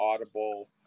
Audible